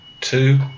two